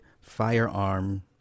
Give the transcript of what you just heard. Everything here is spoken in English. firearm